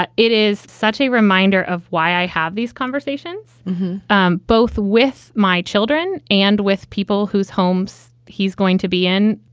but it is such a reminder of why i have these conversations um both with my children and with people whose homes he's going to be in.